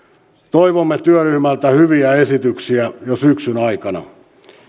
toivomme työryhmältä hyviä esityksiä jo syksyn aikana